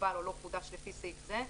הוגבל או לא חודש לפי סעיף זה,